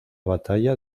batalla